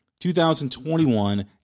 2021